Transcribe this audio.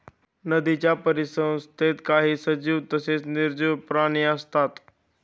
नदीच्या परिसंस्थेत काही सजीव तसेच निर्जीव प्राणी असतात